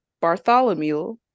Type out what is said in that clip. bartholomew